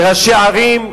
ראשי ערים,